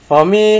for me